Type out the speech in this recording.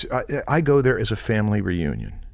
i go there as a family reunion.